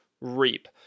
reap